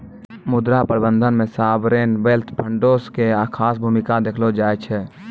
मुद्रा प्रबंधन मे सावरेन वेल्थ फंडो के खास भूमिका देखलो जाय छै